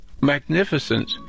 magnificent